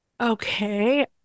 Okay